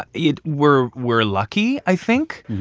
it we're we're lucky, i think.